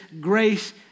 grace